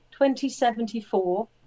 2074